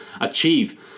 achieve